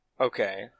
Okay